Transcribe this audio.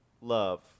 love